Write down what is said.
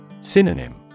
Synonym